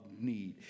need